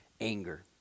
anger